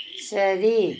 ശരി